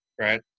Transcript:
right